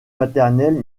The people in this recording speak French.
maternelle